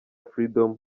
freedom